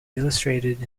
illustrated